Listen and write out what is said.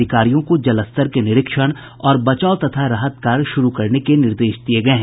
अधिकारियों को जलस्तर के निरीक्षण और बचाव तथा राहत कार्य शुरू करने के निर्देश दिये गये हैं